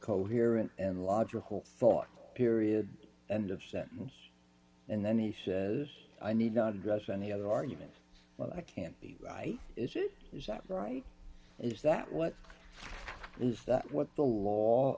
coherent and logical thought period end of sentence and then he says i need not address any other argument i can't be right is it is that right is that what is that what the law